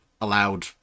allowed